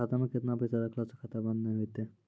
खाता मे केतना पैसा रखला से खाता बंद नैय होय तै?